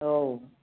औ